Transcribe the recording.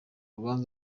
rubanza